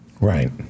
Right